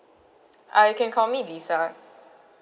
uh you can call me lisa